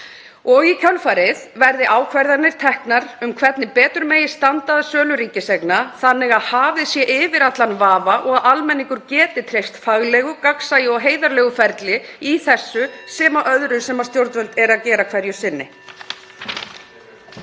og í kjölfarið verði ákvarðanir teknar um hvernig betur megi standa að sölu ríkiseigna þannig að hafið sé yfir allan vafa og að almenningur geti treyst faglegu, gagnsæi og heiðarlegu ferli í þessu sem öðru sem stjórnvöld gera hverju sinni.